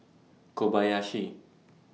Kobayashi